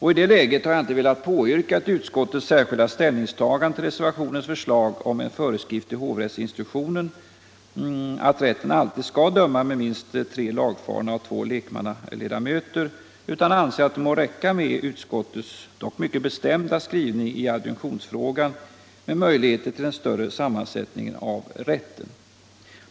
I det läget har jag inte velat påyrka ett utskottets särskilda ställningstagande till reservationens förslag om en föreskrift i hovrättsinstruktionen att rätten alltid skall döma med minst tre lagfarna ledamöter och två lekmannaledamöter utan anser att det får räcka med utskottets mycket bestämda skrivning i adjunktionsfrågan med möjligheter till en större sammansättning av rätten.